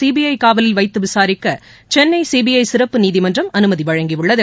CBI காவலில் வைத்து விசாரிக்க சென்னை சிபிஐ சிறப்பு நீதிமன்றம் அனுமதி வழங்கியுள்ளது